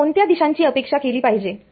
मी कोणत्या दिशांची अपेक्षा केली पाहिजे